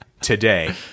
today